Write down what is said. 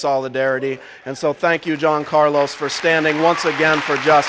solidarity and so thank you john carlos for standing once again for